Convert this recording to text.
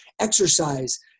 exercise